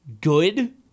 good –